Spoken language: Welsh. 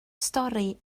stori